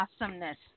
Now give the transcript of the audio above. Awesomeness